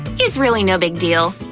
it's really no big deal.